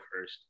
first